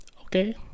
okay